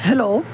hello